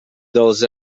dels